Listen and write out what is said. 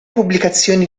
pubblicazioni